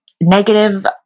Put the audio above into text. negative